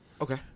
Okay